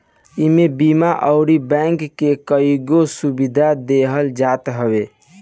इमे बीमा अउरी बैंक के कईगो सुविधा देहल जात हवे